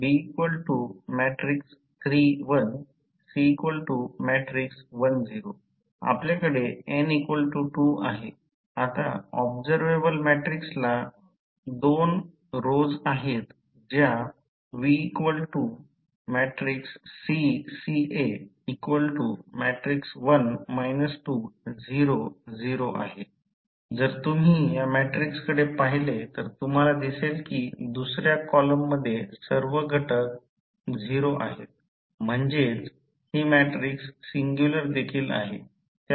आता ऑब्झरवेबल मॅट्रिक्सला 2 रोज आहेत ज्या जर तुम्ही या मॅट्रिक्सकडे पाहिले तर तुम्हाला दिसेल की दुसर्या कॉलम मध्ये सर्व घटक 0 आहेत म्हणजेच हि मॅट्रिक्स सिंग्युलर देखील आहे